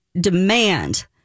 demand